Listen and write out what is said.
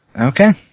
Okay